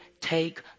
take